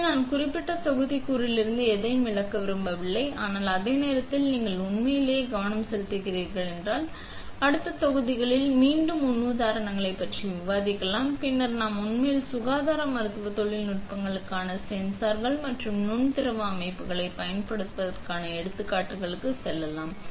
எனவே நான் இந்த குறிப்பிட்ட தொகுதிக்கூறிலிருந்து எதையும் இழக்க விரும்பவில்லை ஆனால் அதே நேரத்தில் நீங்கள் உண்மையிலேயே கவனம் செலுத்துகிறீர்கள் என்றால் அடுத்த தொகுதிகளில் மீண்டும் முன் உதாரணங்கள் பற்றி விவாதிக்கலாம் பின்னர் நாம் உண்மையில் சுகாதார மருத்துவ தொழில்நுட்பங்களுக்கான சென்சார்கள் மற்றும் நுண் திரவ அமைப்புகளைப் பயன்படுத்துவதற்கான எடுத்துக்காட்டுகளுக்கு செல்லலாம்